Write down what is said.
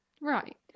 right